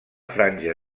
franja